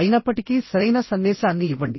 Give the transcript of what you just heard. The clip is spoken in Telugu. అయినప్పటికీ సరైన సందేశాన్ని ఇవ్వండి